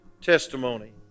testimony